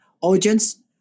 audience